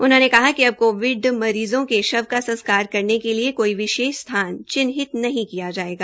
उन्होंने कहा कि अब कोविड मरीज़ों के शव का संस्कार करने के लिए कोई विशेष स्थान चिन्हित नहीं किया जायेगा